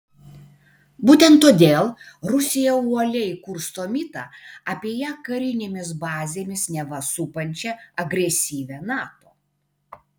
būtent todėl rusija uoliai kursto mitą apie ją karinėmis bazėmis neva supančią agresyvią nato